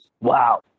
Wow